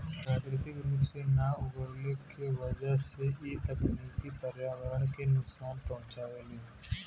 प्राकृतिक रूप से ना उगवले के वजह से इ तकनीकी पर्यावरण के नुकसान पहुँचावेला